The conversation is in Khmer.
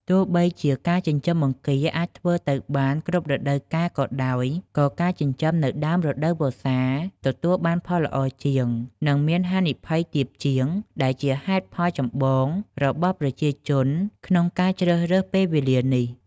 ទោះបីជាការចិញ្ចឹមបង្គាអាចធ្វើទៅបានគ្រប់រដូវកាលក៏ដោយ ក៏ការចិញ្ចឹមនៅដើមរដូវវស្សាទទួលបានផលល្អជាង និងមានហានិភ័យទាបជាង ដែលជាហេតុផលចម្បងរបស់ប្រជាជនក្នុងការជ្រើសរើសពេលវេលានេះ។